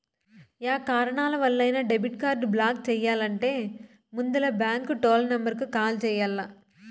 yeah కారణాలవల్లైనా debit card block చెయ్యాలంటే ముందల బాంకు టోల్ నెంబరుకు కాల్ చెయ్యాల్ల